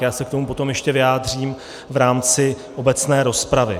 Já se k tomu potom ještě vyjádřím v rámci obecné rozpravy.